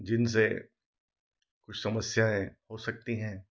जिनसे कुछ समस्याएँ हो सकती हैं